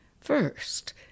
First